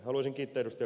haluaisin kiittää ed